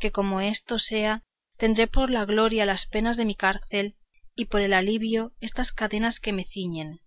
que como esto sea tendré por gloria las penas de mi cárcel y por alivio estas cadenas que me ciñen